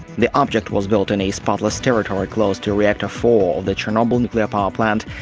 the object was built in a spotless territory close to reactor four of the chernobyl nuclear power plant,